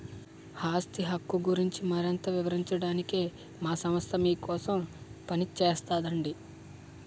ఆస్తి హక్కు గురించి మరింత వివరించడానికే మా సంస్థ మీకోసం పనిచేస్తోందండి